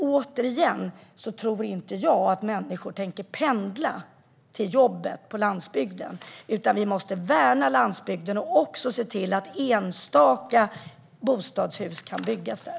Återigen: Jag tror inte att människor vill pendla till jobbet på landsbygden, utan vi måste värna landsbygden och också se till att enstaka bostadshus kan byggas där.